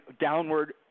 downward